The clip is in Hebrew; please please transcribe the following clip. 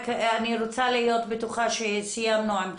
אני רק אני רוצה להיות בטוחה שסיימנו עם חזי.